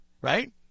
right